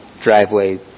driveway